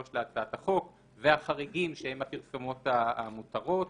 להצעת החוק והחריגים שהן הפרסומות שמותרות.